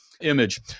image